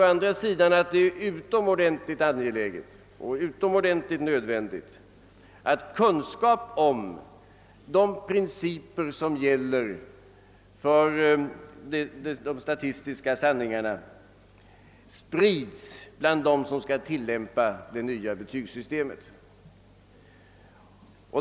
Å andra sidan är det utomordentligt angeläget och nödvändigt att kunskap om de principer som gäller för de statistiska sanningarna sprides bland dem som skall tillämpa betygssystemet.